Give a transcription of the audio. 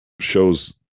shows